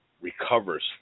recovers